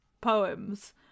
poems